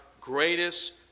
greatest